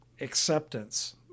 Acceptance